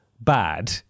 bad